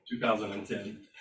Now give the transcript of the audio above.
2010